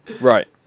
Right